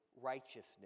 righteousness